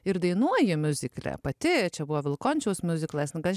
ir dainuoji miuzikle pati čia buvo vilkončiaus miuziklas ne kas